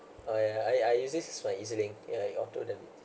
oh ya I I use this is one E_Z link ya you auto them